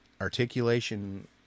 articulation